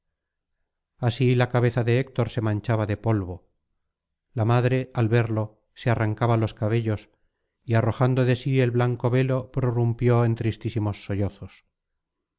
así la cabeza de héctor se manchaba de polvo la madre al verlo se arrancaba los cabellos y arrojando de sí el blanco velo prorrumpió en tristísimos